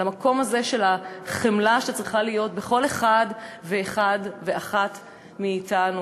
על המקום הזה של החמלה שצריכה להיות בכל אחד ואחד ואחת מאתנו,